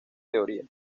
teoría